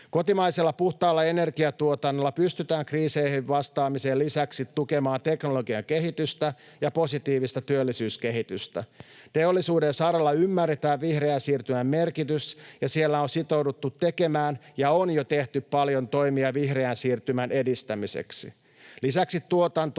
Kotimaisella puhtaalla energiantuotannolla pystytään kriiseihin vastaamisen lisäksi tukemaan teknologian kehitystä ja positiivista työllisyyskehitystä. Teollisuuden saralla ymmärretään vihreän siirtymän merkitys, ja siellä on sitouduttu tekemään ja on jo tehty paljon toimia vihreän siirtymän edistämiseksi. Lisäksi tuotantoa